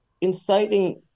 inciting